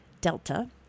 Delta